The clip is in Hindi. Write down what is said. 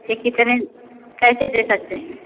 सिक्टी सेवन कैसे दे सकते हैं